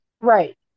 Right